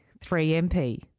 3MP